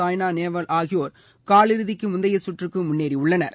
சாய்னா நேவால் ஆகியோர் காலிறுதிக்குமுந்தைய சுற்றுக்கு முன்னேறியுள்ளனா